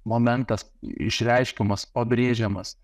momentas išreiškiamas pabrėžiamas